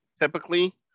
typically